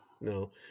No